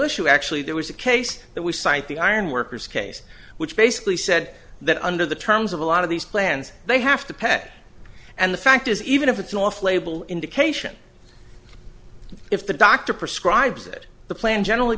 issue actually there was a case that we cite the ironworkers case which basically said that under the terms of a lot of these plans they have to pet and the fact is even if it's off label indication if the doctor prescribes it the plan generally